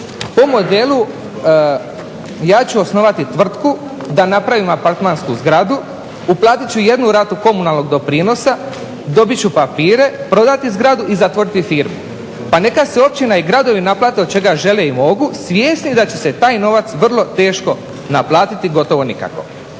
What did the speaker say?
po modelu ja ću osnovati tvrtku da napravim apartmansku zgradu, uplatit ću jednu ratu komunalnog doprinosa, dobit ću papire, prodati zgradu i zatvoriti firmu pa neka se općina i gradovi naplate od čega žele i mogu, svjesni da će se taj novac vrlo teško naplatiti, gotovo nikako.